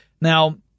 Now